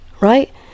right